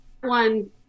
one